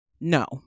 no